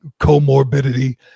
comorbidity